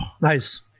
Nice